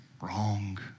wrong